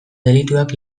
delituak